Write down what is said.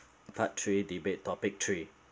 part three debate topic three